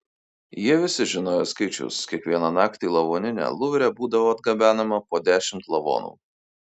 jie visi žinojo skaičius kiekvieną naktį į lavoninę luvre būdavo atgabenama po dešimt lavonų